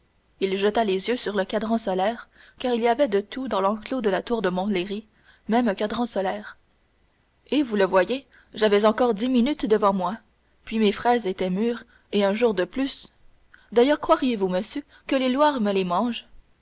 il jeta les yeux sur le cadran solaire car il y avait de tout dans l'enclos de la tour de montlhéry même un cadran solaire et vous le voyez j'avais encore dix minutes devant moi puis mes fraises étaient mûres et un jour de plus d'ailleurs croiriez-vous monsieur que les loirs me les mangent